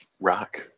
Rock